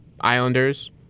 Islanders